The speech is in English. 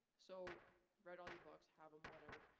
so read all your books, have em, whatever,